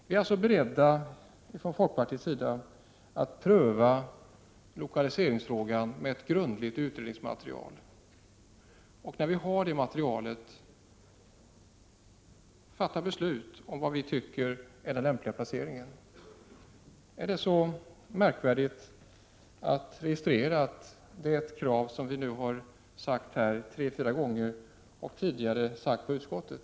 Vi är alltså beredda från folkpartiets sida att pröva lokaliseringsfrågan med ett grundligt utredningsmaterial och, när vi har det materialet, fatta beslut om vad som är den lämpliga placeringen. Är det så märkvärdigt att registrera att det är ett krav som vi nu har uttalat tre fyra gånger här och tidigare i utskottet?